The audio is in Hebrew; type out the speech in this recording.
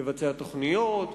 לבצע תוכניות,